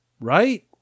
Right